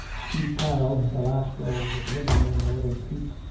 she piled the last rolls of linen in an ordered heap,